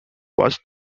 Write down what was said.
was